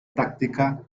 táctica